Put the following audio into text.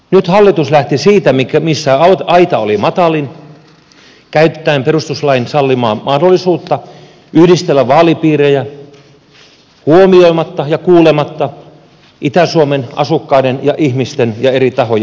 nyt hallitus lähti siitä missä aita oli matalin käyttäen perustuslain sallimaa mahdollisuutta yhdistellä vaalipiirejä huomioimatta ja kuulematta itä suomen asukkaiden ja ihmisten ja eri tahojen mielipiteitä